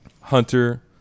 Hunter